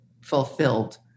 fulfilled